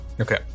okay